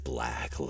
Black